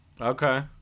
Okay